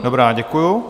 Dobrá, děkuju.